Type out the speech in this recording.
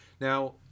Now